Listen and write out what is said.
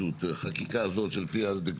זאת אומרת החקיקה הזאת צריכה לראות,